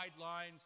guidelines